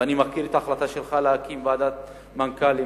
ואני מכיר את ההחלטה שלך להקים ועדת מנכ"לים